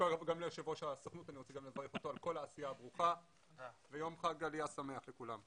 יושב ראש הסוכנות היהודית על כל העשייה הברוכה ויום חג עלייה שמח לכולם.